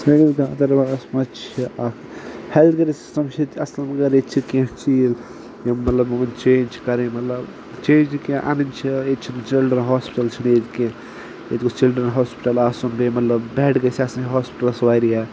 سٲنِس گاندَربَلَس منٛز چھِ اَکھ ہٮ۪لٕتھ کِیَر سِسٹَم چھِ ییٚتہِ اَصٕل مگر ییٚتہِ چھِ کینٛہہ چیٖز یِم مطلب وٕنۍ چینٛج چھِ کَرٕنۍ مطلب چینٛجہِ کینٛہہ اَنٕنۍ چھِ ییٚتہِ چھُنہٕ چِلڈرٛن ہاسپِٹَل چھُنہٕ ییٚتہِ کینٛہہ ییٚتہِ گوٚژھ چِلڈرٛن ہاسپِٹَل آسُن بیٚیہِ مطلب بٮ۪ڈ گٔژھ آسٕنۍ ہاسپِٹَلَس واریاہ